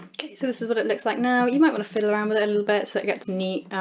so this is what it looks like now. you might want to fiddle around with it a little bit so it gets neat,